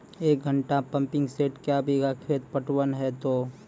एक घंटा pumping set क्या बीघा खेत पटवन है तो?